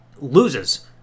loses